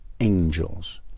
angels